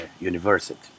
university